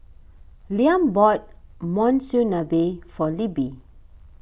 Liam bought Monsunabe for Libby